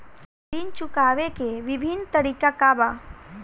ऋण चुकावे के विभिन्न तरीका का बा?